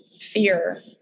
fear